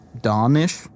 dawn-ish